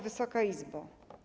Wysoka Izbo!